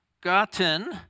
gotten